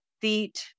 feet